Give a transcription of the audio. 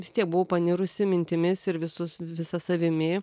vis tie buvau panirusi mintimis ir visus visa savimi